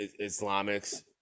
Islamics